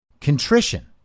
contrition